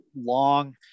long